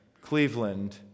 Cleveland